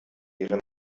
deren